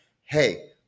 hey